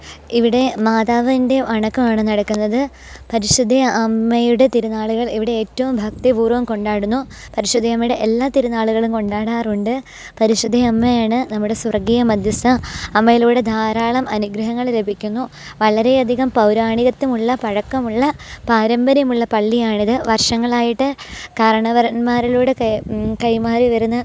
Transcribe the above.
ഇവിടെ മാതാവിന്റെ വണക്കവാണ് നടക്കുന്നത് പരിശുദ്ധ അമ്മയുടെ തിരുനാളുകൾ ഇവിടെ ഏറ്റവും ഭക്തിപൂര്വം കൊണ്ടാടുന്നു പരിശുദ്ധയമ്മയുടെ എല്ലാ തിരുന്നാളുകളും കൊണ്ടാടാറുണ്ട് പരിശുദ്ധയമ്മയാണ് നമ്മുടെ സ്വര്ഗ്ഗീയ മധ്യസ്ഥ അമ്മയിലൂടെ ധാരാളം അനുഗ്രഹങ്ങൽ ലഭിക്കുന്നു വളരെയധികം പൗരാണികത്വമുള്ള പഴക്കമുള്ള പാരമ്പര്യമുള്ള പള്ളിയാണിത് വര്ഷങ്ങളായിട്ട് കാരണവര്ന്മാരിലൂടെ കൈ കൈമാറി വരുന്ന